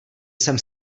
jsem